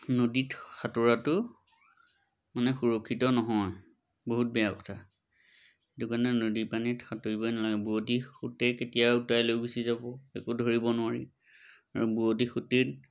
নদীত সাঁতোৰাটো মানে সুৰক্ষিত নহয় বহুত বেয়া কথা সেইটো কাৰণে নদীৰ পানীত সাঁতুৰিবই নালাগে বোৱঁতী সোঁতে কেতিয়াও উটুৱাই লৈ গুচি যাব একো ধৰিব নোৱাৰি আৰু বোৱঁতী সুঁতিত